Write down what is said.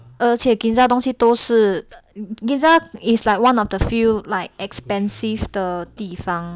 而且 ginza 的东西都是 ginza is like one of the few like expensive 的地方